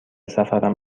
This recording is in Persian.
سفرم